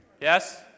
Yes